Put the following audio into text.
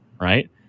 Right